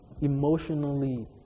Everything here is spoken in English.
emotionally